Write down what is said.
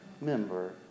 member